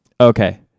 Okay